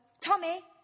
Tommy